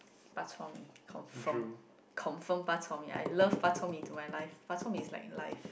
bak-chor-mee confirm confirm bak-chor-mee I love bak-chor-mee to my life bak-chor-mee is like life